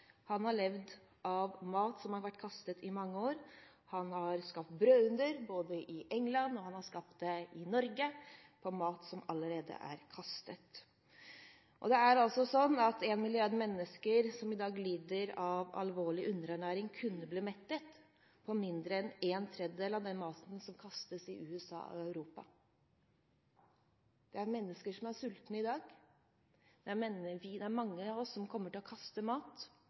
Han har i mange år levd av mat som har vært kastet. Han har skapt brødunder, både i England og Norge, av mat som allerede har vært kastet. 1 mrd. mennesker som i dag lider av alvorlig underernæring, kunne ha blitt mettet på mindre enn en tredjedel av den maten som kastes i USA og Europa. Det er mennesker som er sultne i dag. Det er mange av oss som kommer til å kaste mat